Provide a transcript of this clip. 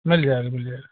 मिल जाएगा मिल जाएगा